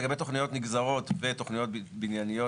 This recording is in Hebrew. לגבי תוכניות נגזרות ותוכניות בנייניות,